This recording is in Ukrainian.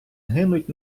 гинуть